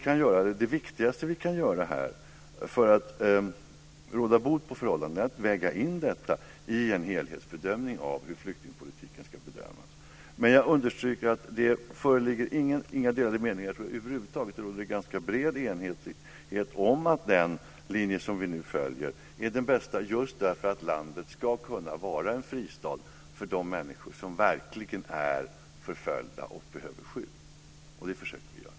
Men det viktigaste vi kan göra för att råda bot på missförhållandena är att väga in detta i en helhetsbedömning när det gäller hur flyktingpolitiken ska bedömas. Men jag understryker att det föreligger inga delade meningar. Över huvud taget råder det en ganska bred enighet om att den linje som vi nu följer är den bästa just för att landet ska kunna vara en fristad för de människor som verkligen är förföljda och behöver skydd. Detta försöker vi göra.